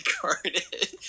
carded